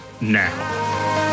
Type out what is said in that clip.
now